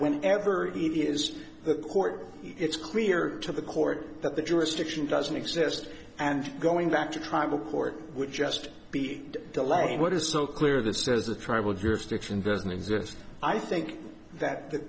when ever it is the court it's clear to the court that the jurisdiction doesn't exist and going back to tribal court would just be delaying what is so clear that says a tribal jurisdiction doesn't exist i think that the